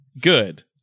good